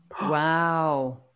Wow